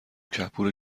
کپور